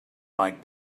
like